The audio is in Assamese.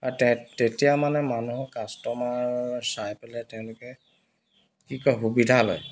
আৰু তে তেতিয়া মানে মানুহৰ কাষ্টমাৰ চাই পেলাই তেওঁলোকে কি কয় সুবিধা লয়